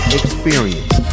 experience